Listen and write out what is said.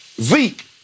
Zeke